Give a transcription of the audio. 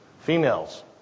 females